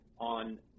on